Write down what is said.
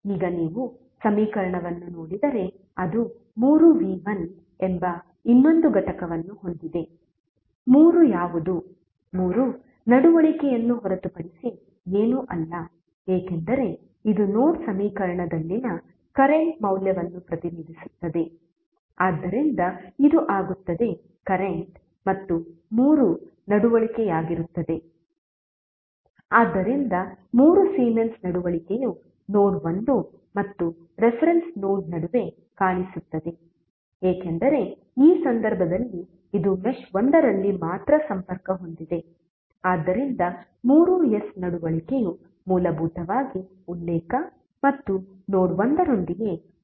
ಈಗ ನೀವು ಸಮೀಕರಣವನ್ನು ನೋಡಿದರೆ ಅದು 3v1 ಎಂಬ ಇನ್ನೊಂದು ಘಟಕವನ್ನು ಹೊಂದಿದೆ 3 ಯಾವುದು 3 ನಡವಳಿಕೆಯನ್ನು ಹೊರತುಪಡಿಸಿ ಏನೂ ಅಲ್ಲ ಏಕೆಂದರೆ ಇದು ನೋಡ್ ಸಮೀಕರಣದಲ್ಲಿನ ಕರೆಂಟ್ ಮೌಲ್ಯವನ್ನು ಪ್ರತಿನಿಧಿಸುತ್ತದೆ ಆದ್ದರಿಂದ ಇದು ಆಗುತ್ತದೆ ಕರೆಂಟ್ ಮತ್ತು 3 ನಡವಳಿಕೆಯಾಗಿರುತ್ತದೆ ಆದ್ದರಿಂದ 3 ಸೀಮೆನ್ಸ್ ನಡವಳಿಕೆಯು ನೋಡ್ 1 ಮತ್ತು ರೆಫರೆನ್ಸ್ ನೋಡ್ ನಡುವೆ ಕಾಣಿಸುತ್ತದೆ ಏಕೆಂದರೆ ಈ ಸಂದರ್ಭದಲ್ಲಿ ಇದು ಮೆಶ್ 1 ರಲ್ಲಿ ಮಾತ್ರ ಸಂಪರ್ಕ ಹೊಂದಿದೆ ಆದ್ದರಿಂದ 3 S ನಡವಳಿಕೆಯು ಮೂಲಭೂತವಾಗಿ ಉಲ್ಲೇಖ ಮತ್ತು ನೋಡ್ 1 ನೊಂದಿಗೆ ಮಾತ್ರ ಸಂಪರ್ಕಗೊಳ್ಳುತ್ತದೆ